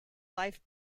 life